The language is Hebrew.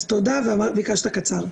תודה רבה.